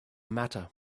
matter